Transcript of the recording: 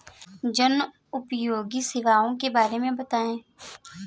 जनोपयोगी सेवाओं के बारे में बताएँ?